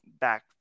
back